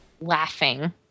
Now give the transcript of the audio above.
laughing